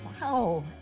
Wow